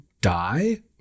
Die